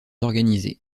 organisées